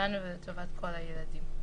כולנו ולטובת כל הילדים.